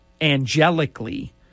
angelically